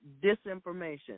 disinformation